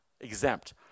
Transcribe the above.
exempt